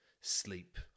sleep